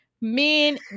men